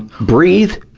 breathe.